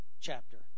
chapter